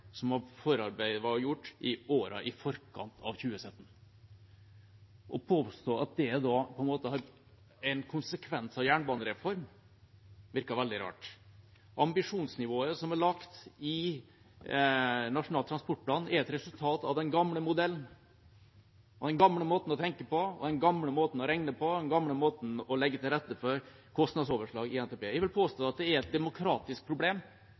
var gjort i årene i forkant av 2017. Å påstå at det er en konsekvens av en jernbanereform virker veldig rart. Ambisjonsnivået som er lagt i Nasjonal transportplan, er et resultat av den gamle modellen, den gamle måten å tenke på, den gamle måten å regne på, den gamle måten å legge til rette for kostnadsoverslag i NTP på. Jeg vil påstå at det er et demokratisk problem